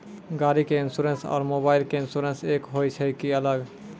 गाड़ी के इंश्योरेंस और मोबाइल के इंश्योरेंस एक होय छै कि अलग?